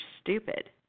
stupid